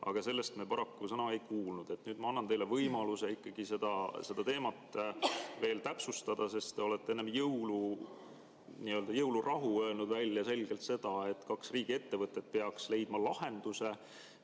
aga sellest me paraku sõnagi ei kuulnud. Nüüd ma annan teile võimaluse ikkagi seda teemat veel täpsustada, sest te olete enne jõulurahu selgelt välja öelnud, et kaks riigiettevõtet peaks leidma lahenduse.